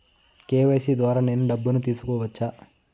KYC ద్వారా నేను డబ్బును తీసుకోవచ్చా?